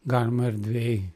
galima erdvėj